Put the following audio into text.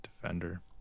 defender